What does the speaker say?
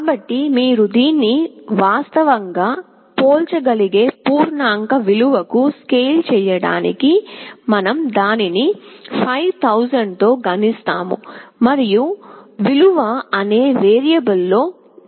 కాబట్టి మీరు దీన్ని వాస్తవంగా పోల్చగలిగే పూర్ణాంక విలువ కు స్కేల్ చేయడానికి మనం దానిని 5000 తో గుణిస్తాము మరియు "విలువ" అనే వేరియబుల్ లో నిల్వ చేస్తాము